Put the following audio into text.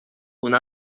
una